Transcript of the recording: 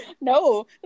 No